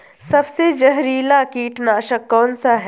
सबसे जहरीला कीटनाशक कौन सा है?